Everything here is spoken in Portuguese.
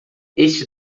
este